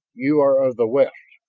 you are of the west,